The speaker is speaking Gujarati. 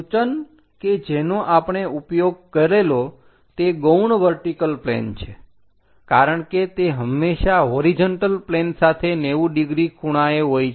સૂચન કે જેનો આપણે ઉપયોગ કરેલો તે ગૌણ વર્ટીકલ પ્લેન છે કારણ કે તે હંમેશા હોરીજન્ટલ પ્લેન સાથે 90 ડિગ્રી ખૂણાએ હોય છે